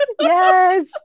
Yes